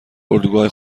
اردوگاه